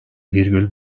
virgül